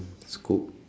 scoop